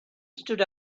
stood